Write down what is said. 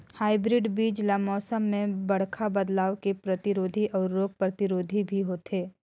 hybrid बीज ल मौसम में बड़खा बदलाव के प्रतिरोधी अऊ रोग प्रतिरोधी भी होथे